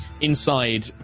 inside